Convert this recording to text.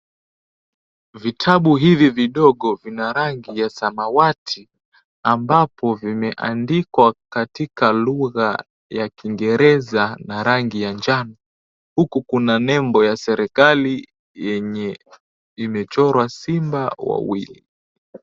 Vitabu hivi vidogo vina rangi ya samawati ambapo vimeandikwa katika lugha ya kiingereza na rangi ya njano huku kuna nembo ya serikali yenye imechorwa simba wawili.